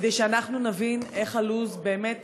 כדי שנבין איך הלו"ז באמת